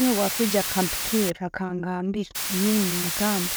Nyonwe bwakwija akampikira, akamgambira, nyonwe nemugamba